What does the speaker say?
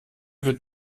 wird